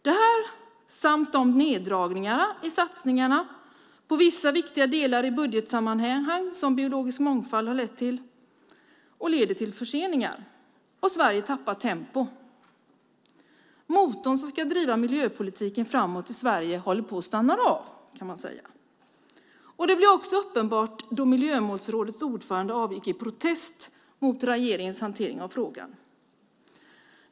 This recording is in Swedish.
Det här samt neddragningarna i satsningarna på vissa viktiga delar i budgetsammanhang som biologisk mångfald har lett till leder till förseningar, och Sverige tappar tempo. Motorn som ska driva miljöpolitiken framåt i Sverige håller på att stanna, kan man säga. Det blev också uppenbart då Miljömålsrådets ordförande avgick i protest mot regeringens hantering av frågan.